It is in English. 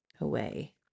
away